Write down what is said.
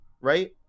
right